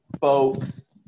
folks